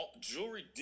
jewelry